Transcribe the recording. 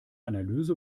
analyse